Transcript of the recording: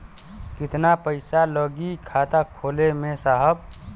कितना पइसा लागि खाता खोले में साहब?